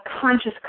conscious